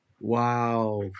Wow